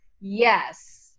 Yes